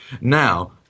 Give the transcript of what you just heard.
Now